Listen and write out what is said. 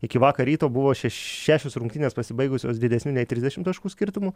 iki vakar ryto buvo šeš šešios rungtynės pasibaigusios didesniu nei trisdešim taškų skirtumu